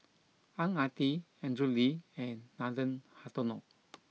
Ang Ah Tee Andrew Lee and Nathan Hartono